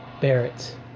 Barrett